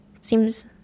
Seems